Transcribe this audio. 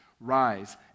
Rise